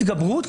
זו טרגדיה קשה.